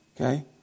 okay